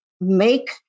make